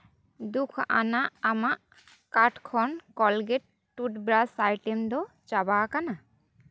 ᱫᱩᱠᱷ ᱟᱱᱟᱜ ᱟᱢᱟᱜ ᱠᱟᱴᱷ ᱠᱷᱚᱱ ᱠᱚᱞᱜᱮᱴ ᱴᱩᱛᱷᱵᱨᱟᱥ ᱟᱭᱴᱮᱢ ᱫᱚ ᱪᱟᱵᱟ ᱟᱠᱟᱱᱟ